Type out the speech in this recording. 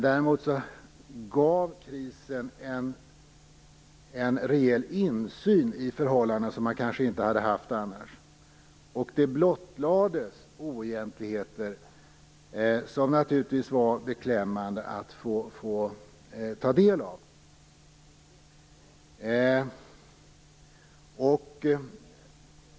Däremot gav krisen en rejäl insyn i sådana förhållandena som man kanske inte hade haft insyn i annars. Det blottlades oegentligheter som det naturligtvis var beklämmande att få ta del av.